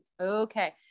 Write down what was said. okay